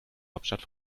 hauptstadt